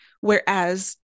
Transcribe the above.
Whereas